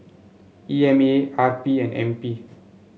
E M A R P and N P